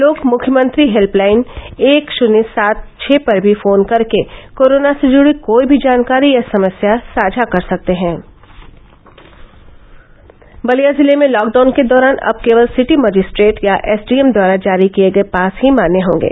लोग मुख्यमंत्री हेल्पलाइन एक शुन्य सात छ पर भी फोन कर के कोरोना से जुड़ी कोई भी जानकारी या समस्या साझा कर सकते की ह बलिया जिले में लॉकडाउन के दौरान अब केवल सिटी मजिस्ट्रेट या एसडीएम द्वारा जारी किए गए पास ही मान्य हॉगे